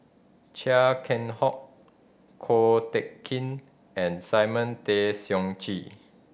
Chia Keng Hock Ko Teck Kin and Simon Tay Seong Chee